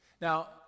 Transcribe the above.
Now